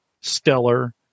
Stellar